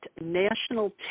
national